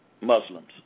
Muslims